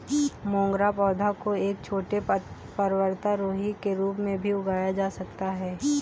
मोगरा पौधा को एक छोटे पर्वतारोही के रूप में भी उगाया जा सकता है